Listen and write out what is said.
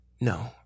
No